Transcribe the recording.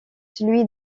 celui